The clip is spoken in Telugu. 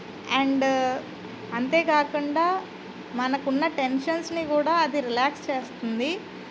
అండ్ అంతేకాకుండా మనకున్న టెన్షన్స్ని కూడా అది రిలాక్స్ చేస్తుంది